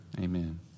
Amen